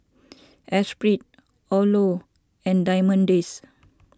Esprit Odlo and Diamond Days